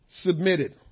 submitted